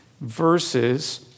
verses